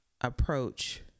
approach